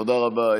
תודה רבה.